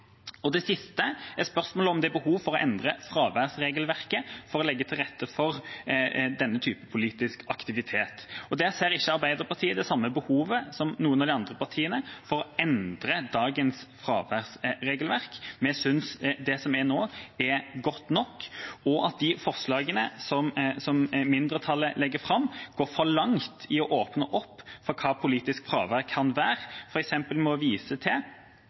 Det siste er spørsmålet om det er behov for å endre fraværsregelverket for å legge til rette for denne type politisk aktivitet. Der ser ikke Arbeiderpartiet det samme behovet som noen av de andre partiene for å endre dagens fraværsregelverk. Vi synes det som er nå, er godt nok, og at de forslagene som mindretallet legger fram, går for langt i å åpne opp for hva politisk fravær kan være, For eksempel å vise til